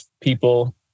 people